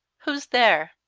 who's there?